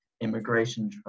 immigration